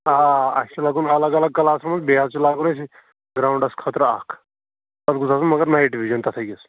آ اَسہِ چھُ لاگُن الگ الگ کَلاسن منٛز بیٚیہِ حظ چھُ لاگُن اَسہِ گرٛاوُنٛڈَس خٲطرٕ اَکھ تَتھ گوٚژھ آسُن مگر نایٹ وِجَن تَتھ أکِس